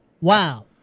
Wow